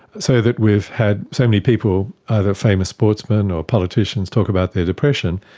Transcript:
so that we've had so many people, either famous sportsmen or politicians talk about their depression,